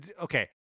Okay